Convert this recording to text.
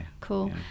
Cool